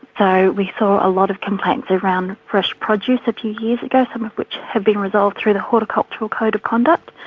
so we saw a lot of complaints around fresh produce a few years ago, some of which have been resolved through the horticultural code of conduct.